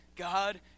God